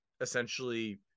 essentially